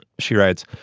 she writes,